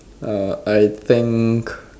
uh I think